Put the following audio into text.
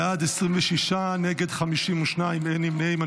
בעד, 26, נגד, 52, אין נמנעים.